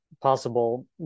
possible